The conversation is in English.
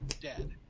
dead